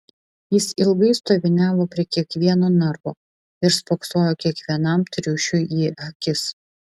jis ilgai stoviniavo prie kiekvieno narvo ir spoksojo kiekvienam triušiui į akis